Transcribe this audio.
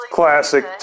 classic